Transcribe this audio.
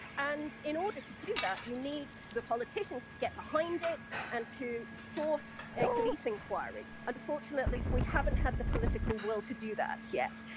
and in order to do that, you need the politicians to get behind it and to force a police inquiry. unfortunately, we haven't had the political will to do that yet,